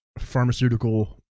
pharmaceutical